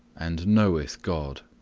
and knoweth god.